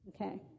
Okay